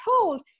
told